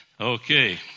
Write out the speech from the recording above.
okay